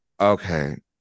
okay